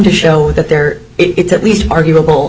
to show that there it's at least arguable